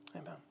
Amen